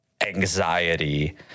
anxiety